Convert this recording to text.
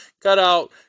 cutout